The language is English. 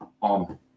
on